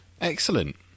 Excellent